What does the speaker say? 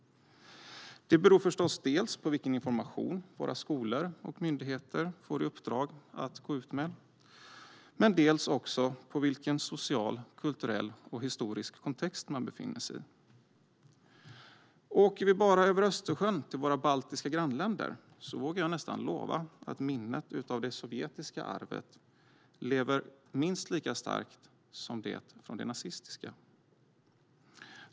Det beror förstås dels på vilken information våra skolor och myndigheter får i uppdrag att gå ut med, dels på vilken social, kulturell och historisk kontext man befinner sig i. Åker vi bara över Östersjön till våra baltiska grannländer vågar jag nästan lova att minnet av det sovjetiska arvet lever minst lika starkt som minnet av det nazistiska.